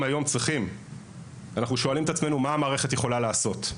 היום צריכים אלא מה המערכת יכולה לעשות,